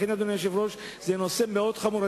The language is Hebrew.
לכן, אדוני היושב-ראש, זה נושא מאוד חמור.